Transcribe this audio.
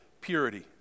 purity